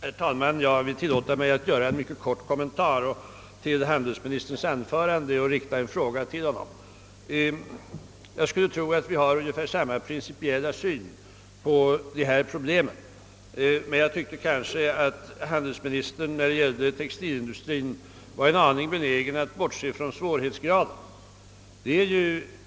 Herr talman! Jag vill tillåta mig att göra en mycket kort kommentar till handelsministerns anförande och rikta en fråga till honom. Jag skulle tro att vi har ungefär samma principiella syn på dessa problem, men handelsministern var när det gäller textilindustrien benägen att bortse från svårighetsgraden.